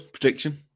prediction